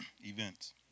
events